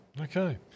Okay